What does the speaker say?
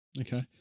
okay